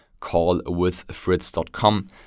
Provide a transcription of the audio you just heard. callwithfritz.com